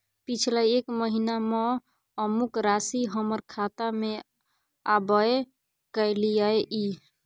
पिछला एक महीना म अमुक राशि हमर खाता में आबय कैलियै इ?